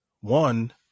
One